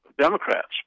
Democrats